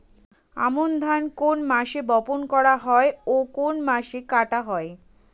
আমন ধান কোন মাসে বপন করা হয় ও কোন মাসে কাটা হয়?